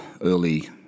early